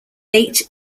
eight